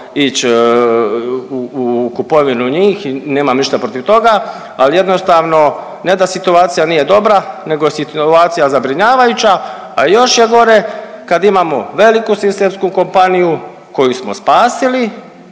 ići u kupovinu njih i nemam ništa protiv toga, ali jednostavno ne da situacija nije dobra nego situacija zabrinjavajuća, a još je gore kad imamo veliku sistemsku kompaniju koju smo spasili,